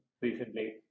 recently